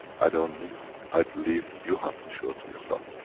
i don't need, i believe, you have to show it to yourself.